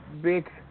big